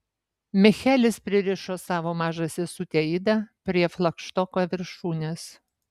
michelis pririšo savo mažą sesutę idą prie flagštoko viršūnės